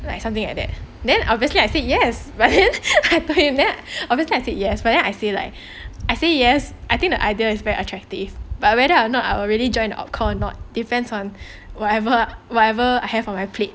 like something like that then obviously I said yes but then obviously I said yes but then I feel like I say yes I think the idea is very attractive but whether or not I actually join out com or not depends on whatever whatever I have on my plate